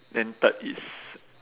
then third is